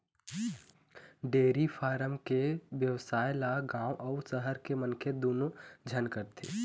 dairy farm के बेवसाय ल गाँव अउ सहर के मनखे दूनो झन करथे